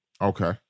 Okay